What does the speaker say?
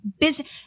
business